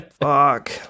Fuck